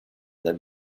that